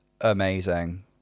amazing